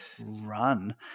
run